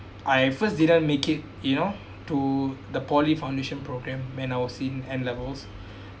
I first didn't make it you know to the poly foundation programme when I was in N levels